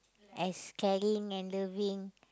as caring and loving